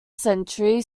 century